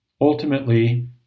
Ultimately